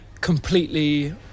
completely